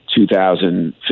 2015